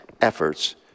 efforts